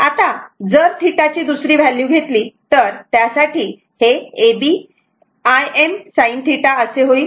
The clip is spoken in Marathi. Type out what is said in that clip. आता जर θ ची दुसरी व्हॅल्यू घेतली तर त्यासाठी हे AB m sin θ होईल